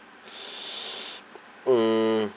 mm